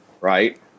right